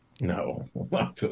No